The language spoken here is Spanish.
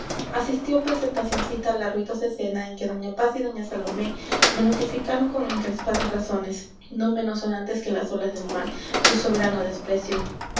asistió presentacioncita a la ruidosa escena en que doña paz y doña salomé me notificaron con encrespadas razones no menos sonantes que las olas del mar su soberano desprecio